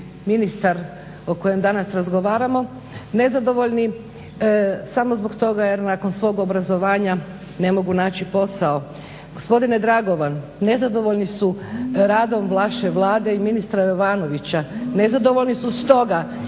ministar o kojem danas razgovaramo nezadovoljni samo zbog toga jer nakon svog obrazovanja ne mogu naći posao. Gospodine Dragovan, nezadovoljni su radom vaše Vlade i ministra Jovanovića. Nezadovoljni su stoga